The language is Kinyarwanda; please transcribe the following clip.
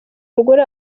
umugore